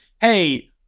Hey